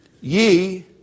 Ye